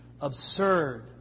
absurd